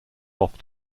off